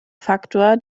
faktor